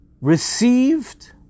received